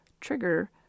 trigger